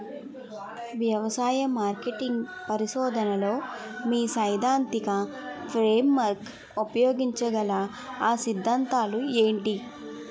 వ్యవసాయ మార్కెటింగ్ పరిశోధనలో మీ సైదాంతిక ఫ్రేమ్వర్క్ ఉపయోగించగల అ సిద్ధాంతాలు ఏంటి?